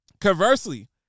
Conversely